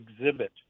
exhibit